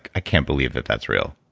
i can't believe that that's real.